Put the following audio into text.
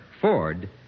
Ford